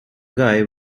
guy